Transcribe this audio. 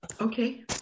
okay